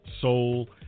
soul